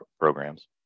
programs